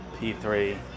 P3